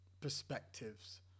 perspectives